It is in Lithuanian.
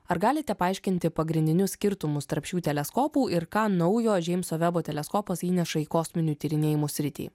ar galite paaiškinti pagrindinius skirtumus tarp šių teleskopų ir ką naujo džeimso vebo teleskopas įneša į kosminių tyrinėjimų sritį